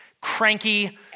cranky